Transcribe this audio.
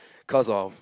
cause of